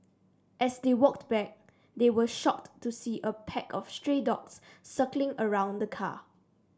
as they walked back they were shocked to see a pack of stray dogs circling around the car